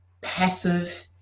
passive